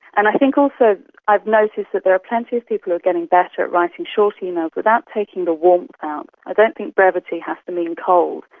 and i think also i've noticed that there are plenty of people who are getting better at writing shorter emails without taking the warmth out. i don't think brevity has to mean cold,